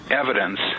evidence